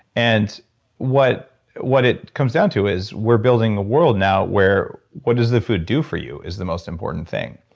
and what what it comes down to is we're building a world where, what does the food do for you, is the most important thing?